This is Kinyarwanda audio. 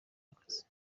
akazi